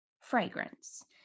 fragrance